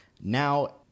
Now